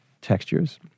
textures